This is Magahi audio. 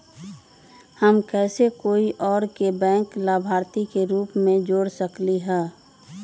हम कैसे कोई और के बैंक लाभार्थी के रूप में जोर सकली ह?